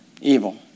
evil